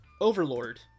Overlord